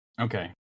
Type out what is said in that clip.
Okay